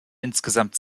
insgesamt